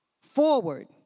Forward